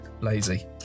lazy